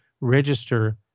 register